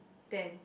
ten